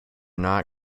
not